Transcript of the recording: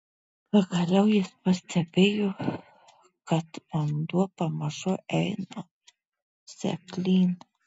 pagaliau jis pastebėjo kad vanduo pamažu eina seklyn